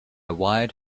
wired